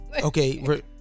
Okay